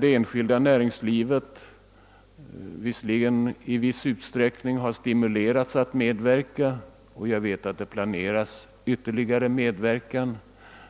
Det enskilda näringslivet har visserligen stimulerats att medverka till nylokalisering i dessa områden, och jag vet att det planeras ytterligare åtgärder i det avseendet,